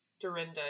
Dorinda